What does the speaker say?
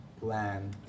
plan